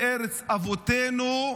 לארץ אבותינו,